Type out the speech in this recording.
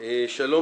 שלום